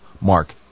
Mark